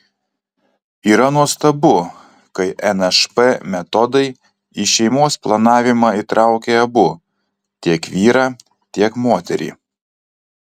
yra nuostabu kai nšp metodai į šeimos planavimą įtraukia abu tiek vyrą tiek moterį